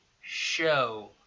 show